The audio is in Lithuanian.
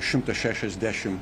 šimtas šešiasdešim